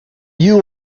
you